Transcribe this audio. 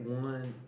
one